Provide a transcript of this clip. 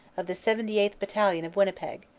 of the seventy eighth. battalion of winni peg,